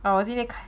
哦我记得